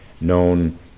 known